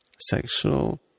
Sexual